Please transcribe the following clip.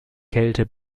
kälte